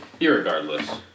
Irregardless